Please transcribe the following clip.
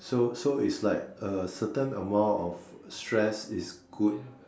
so so is like a certain amount of stress is good